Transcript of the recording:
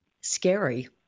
Scary